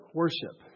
worship